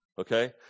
Okay